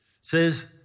says